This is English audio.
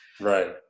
Right